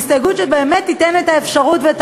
היא הסתייגות שבאמת תיתן את האפשרות ואת